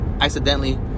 accidentally